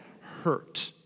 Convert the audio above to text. hurt